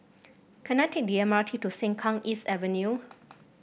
can I take the M R T to Sengkang East Avenue